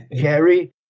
Gary